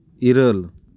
ᱤᱨᱟᱹᱞ